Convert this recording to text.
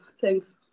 Thanks